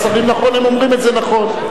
אז אני מקבל את הצעתו של השר מרגי,